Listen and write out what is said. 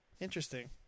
Interesting